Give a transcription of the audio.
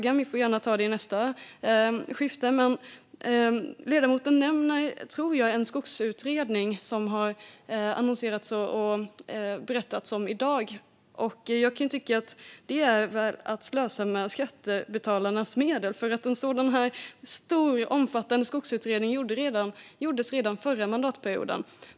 Staffan Eklöf får gärna ta den i nästa inlägg. Ledamoten nämner en skogsutredning som man har gått ut och berättat om i dag. Jag kan tycka att det är att slösa med skattebetalarnas medel. En stor och omfattande skogsutredning gjordes redan under förra mandatperioden.